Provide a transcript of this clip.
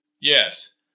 Yes